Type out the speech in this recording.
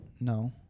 No